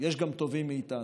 יש גם טובים מאיתנו.